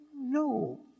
No